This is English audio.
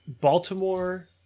Baltimore